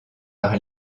par